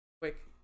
quick